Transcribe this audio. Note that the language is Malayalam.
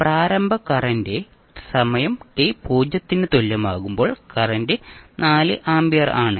പ്രാരംഭ കറന്റ് സമയം t 0 ന് തുല്യമാകുമ്പോൾ കറന്റ് 4 ആമ്പിയർ ആണ്